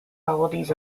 melodies